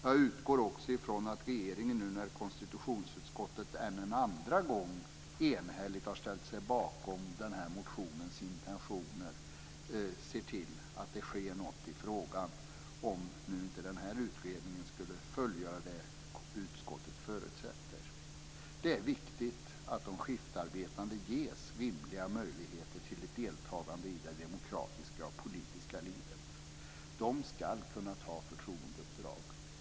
Jag utgår också ifrån att regeringen, nu när konstitutionsutskottet en andra gång enhälligt har ställt sig bakom den här motionens intentioner, ser till att det sker någonting i frågan om inte utredningen skulle fullgöra det utskottet förutsätter. Det är viktigt att de skiftarbetande ges rimliga möjligheter till ett deltagande i det demokratiska och politiska livet. De ska kunna ta förtroendeuppdrag.